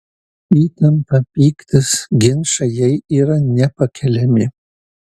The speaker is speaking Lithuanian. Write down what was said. įtampa pyktis ginčai jai yra nepakeliami